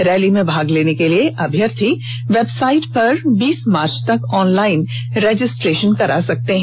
rally में भाग लेने के लिये अभ्यर्थी वेबसाइट पर जाकर बीस मार्च तक ऑनलाईन रजिस्ट्रेशन करा सकते है